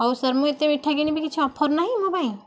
ହଉ ସାର୍ ମୁଁ ଏତେ ମିଠା କିଣିବି କିଛି ଅଫର୍ ନାହିଁ ମୋ ପାଇଁ